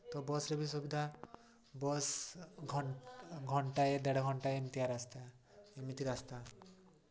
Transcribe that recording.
ତ ବସ୍ରେ ବି ସୁବିଧା ବସ୍ ଘଣ୍ଟାଏ ଦେଢ଼ ଘଣ୍ଟା ଏମିତିଆ ଏମିତି ରାସ୍ତା